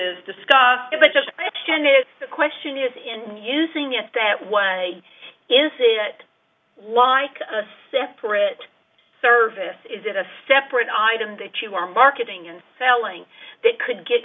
is discussed but just extended the question is in using yes that one is it like a separate service is it a separate item that you are marketing and selling that could get